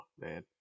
man